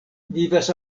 vivas